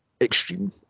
extreme